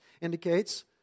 indicates